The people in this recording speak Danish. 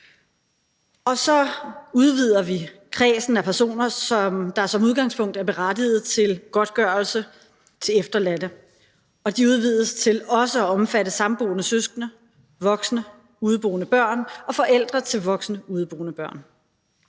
Og så udvider vi kredsen af personer, der som udgangspunkt er berettigede til godtgørelse til efterladte. Den udvides til også at omfatte samboende søskende, voksne, udeboende børn og forældre til voksne udeboende børn.